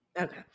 Okay